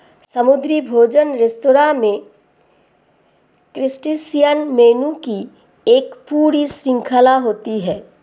समुद्री भोजन रेस्तरां में क्रस्टेशियन मेनू की एक पूरी श्रृंखला होती है